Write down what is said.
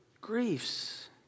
griefs